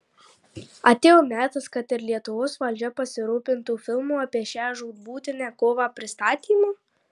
atėjo metas kad ir lietuvos valdžia pasirūpintų filmų apie šią žūtbūtinę kovą pastatymu